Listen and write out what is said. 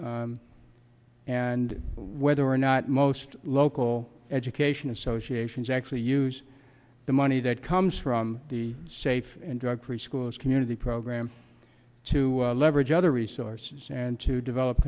and and whether or not most local education associations actually use the money that comes from the safe and drug free schools community program to leverage other resources and to develop